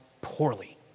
poorly